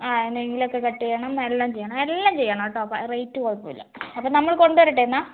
ആ നെയിലെക്കെ കട്ടെയ്യണം എല്ലാം ചെയ്യണം എല്ലാം ചെയ്യണോട്ടോ പ റേറ്റ് കുഴപ്പോല അപ്പം നമ്മൾ കൊണ്ടരട്ടെ എന്നാൽ